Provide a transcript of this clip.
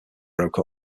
broke